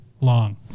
long